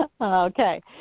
Okay